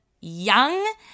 young